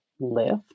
lift